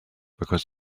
because